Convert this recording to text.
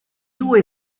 due